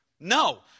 No